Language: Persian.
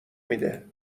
میده